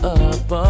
up